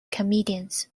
comedians